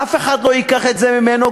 אף אחד לא ייקח את זה ממנו,